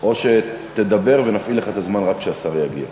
או שתדבר ונפעיל לך את הזמן רק כשהשר יגיע,